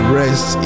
rest